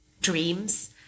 dreams